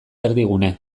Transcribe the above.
erdigune